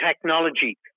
technology